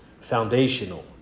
foundational